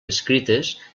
escrites